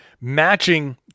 matching